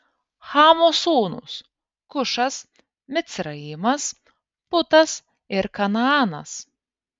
chamo sūnūs kušas micraimas putas ir kanaanas